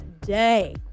day